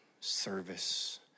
service